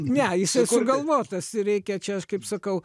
ne jisai sugalvotas ir reikia čia aš kaip sakau